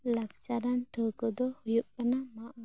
ᱞᱟᱠᱪᱟᱨᱟᱱ ᱴᱷᱟ ᱣᱠᱟ ᱫᱚ ᱦᱳᱭᱳᱜ ᱠᱟᱱᱟ ᱢᱟᱜ ᱢᱚᱬᱮ